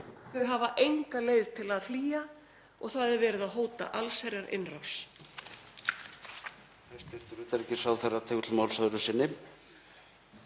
Þau hafa enga leið til að flýja og það er verið að hóta allsherjarinnrás.